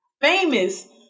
famous